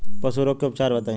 पशु रोग के उपचार बताई?